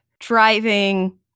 driving